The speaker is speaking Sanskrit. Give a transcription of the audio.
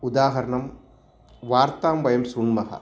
उदाहरणं वार्तां वयं शृण्मः